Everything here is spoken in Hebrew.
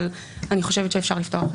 אבי אני חושבת שאפשר לפתוח את הדיון.